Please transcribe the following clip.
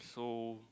so